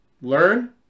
learn